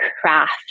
craft